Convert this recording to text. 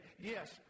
yes